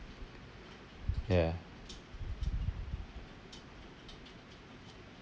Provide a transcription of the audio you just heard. ya